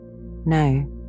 No